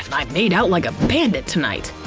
i made out like a bandit tonight!